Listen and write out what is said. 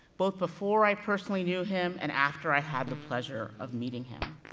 both before i personally knew him and after i had the pleasure of meeting him.